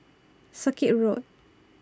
Circuit Road